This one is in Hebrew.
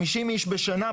50 איש בשנה,